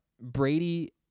Brady